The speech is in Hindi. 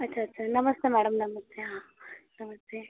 अच्छा अच्छा नमस्ते मैडम नमस्ते हाँ नमस्ते